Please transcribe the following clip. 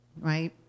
right